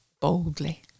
boldly